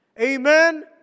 Amen